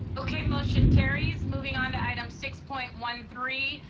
okay, motion carries. moving on to item six point one three.